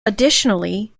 additionally